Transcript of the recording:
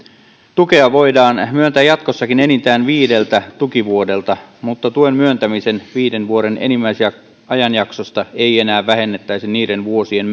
tukea voidaan myöntää jatkossakin enintään viideltä tukivuodelta mutta tuen myöntämisen viiden vuoden enimmäisajanjaksosta ei enää vähennettäisi niiden vuosien